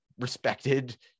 respected